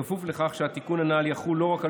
בכפוף לכך שהתיקון הנ"ל יחול לא רק על